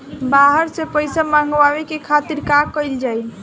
बाहर से पइसा मंगावे के खातिर का कइल जाइ?